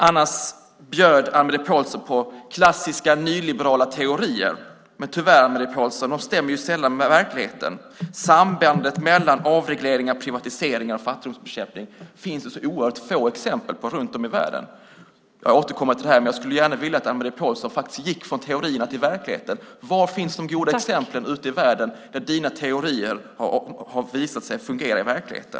I övrigt bjöd Anne-Marie Pålsson på klassiska nyliberala teorier. Tyvärr, Anne-Marie Pålsson, stämmer de sällan överens med verkligheten. Sambandet mellan avregleringar, privatiseringar och fattigdomsbekämpning finns det oerhört få exempel på runt om i världen. Jag återkommer till detta och skulle gärna vilja att Anne-Marie Pålsson gick från teori till verklighet. Var ute i världen finns de goda exemplen på att dina teorier visat sig fungera i verkligheten?